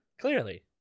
Clearly